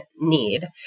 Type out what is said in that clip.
need